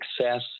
success